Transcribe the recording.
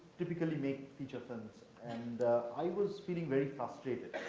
typically, make feature films. and i was feeling very frustrated.